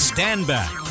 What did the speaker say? Standback